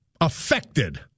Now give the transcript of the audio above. affected